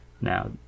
Now